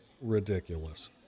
ridiculous